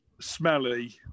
smelly